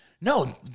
No